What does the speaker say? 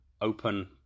open